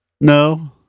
No